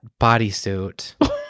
bodysuit